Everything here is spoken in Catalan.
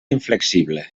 inflexible